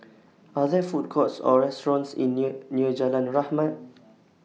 Are There Food Courts Or restaurants in near near Jalan Rahmat